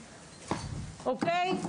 אוקיי?